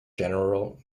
general